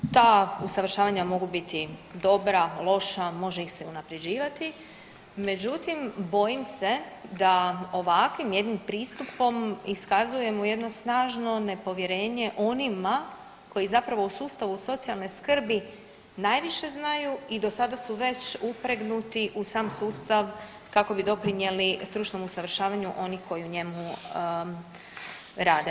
Ta usavršavanja mogu biti dobra, loša, može ih se unaprjeđivati, međutim, bojim se da ovakvim jednim pristupom iskazujemo jedno snažno nepovjerenje onima koji zapravo u sustavu socijalne skrbi najviše znaju i do sada su već upregnuti u sam sustav kako bi doprinijeli stručnom usavršavanju onih koji u njemu rade.